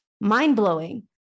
mind-blowing